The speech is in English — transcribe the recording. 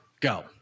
go